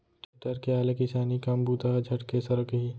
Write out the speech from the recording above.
tractor के आय ले किसानी काम बूता ह झटके सरकही